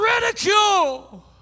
ridicule